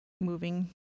moving